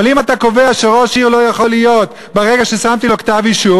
אבל אם אתה קובע שראש עיר לא יכול לכהן ברגע ששמתי לו כתב-אישום,